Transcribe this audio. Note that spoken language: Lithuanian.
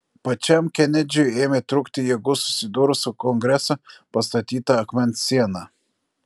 pačiam kenedžiui ėmė trūkti jėgų susidūrus su kongreso pastatyta akmens siena